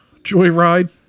Joyride